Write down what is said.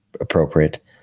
appropriate